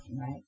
right